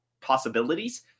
possibilities